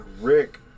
Rick